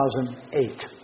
2008